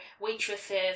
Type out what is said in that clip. waitresses